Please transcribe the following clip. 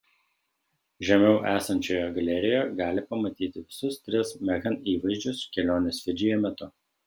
žemiau esančioje galerijoje gali pamatyti visus tris meghan įvaizdžius kelionės fidžyje metu